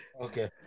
Okay